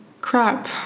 crap